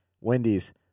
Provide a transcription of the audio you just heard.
Wendy's